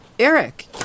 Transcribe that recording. Eric